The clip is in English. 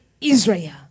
Israel